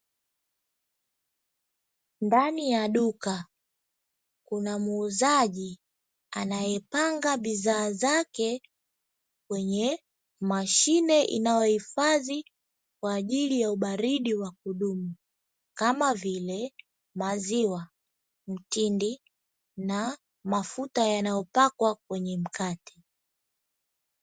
Ndani ya duka kuna muuzaji anayepanga bidhaa zake kwenye mashine inayohifadhi kwa ajili ya ubaridi wa kudumu, kama vile maziwa ,mtindi na mafuta yanayopakwa kwenye mkate.